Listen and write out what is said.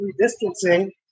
distancing